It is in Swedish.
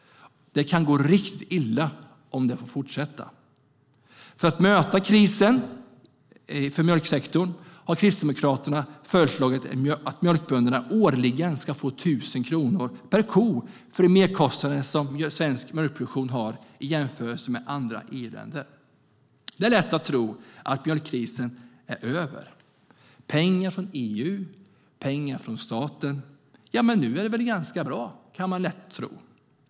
Det kan gå riktigt illa om detta får fortsätta. För att möta krisen för mjölksektorn har Kristdemokraterna föreslagit att mjölkbönderna årligen ska få 1 000 kronor per ko för de merkostnader som svensk mjölkproduktion har i jämförelse med andra EU-länder. Det är lätt att tro att mjölkkrisen är över. Pengar kommer från EU och från staten, och därmed är det väl ganska bra, kan man lätt tro.